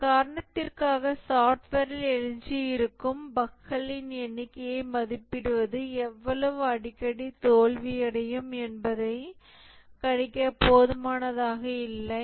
இந்த காரணத்திற்காக சாஃப்ட்வேரில் எஞ்சியிருக்கும் பஃக்களின் எண்ணிக்கையை மதிப்பிடுவது எவ்வளவு அடிக்கடி தோல்வியடையும் என்பதைக் கணிக்க போதுமானதாக இல்லை